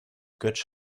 götsch